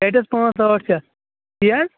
پیٹٮ۪س پانٛژھ ٲٹھ شَتھ تی حظ